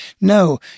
No